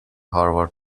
harvard